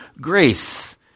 grace